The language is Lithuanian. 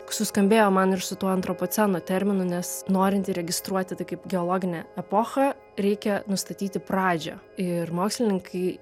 suskambėjo man ir su tuo antropoceno terminu nes norint įregistruoti tai kaip geologinę epochą reikia nustatyti pradžią ir mokslininkai